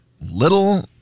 Little